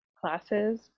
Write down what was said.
classes